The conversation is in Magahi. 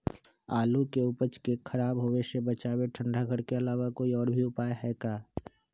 आलू के उपज के खराब होवे से बचाबे ठंडा घर के अलावा कोई और भी उपाय है का?